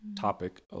topic